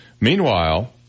Meanwhile